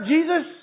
Jesus